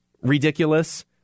ridiculous